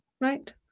Right